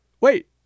wait